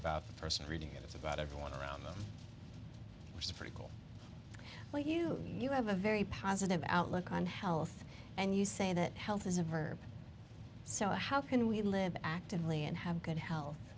about the person reading it it's about everyone around them which is pretty cool well you know you have a very positive outlook on health and you say that health is a verb so how can we live actively and have good health